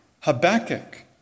Habakkuk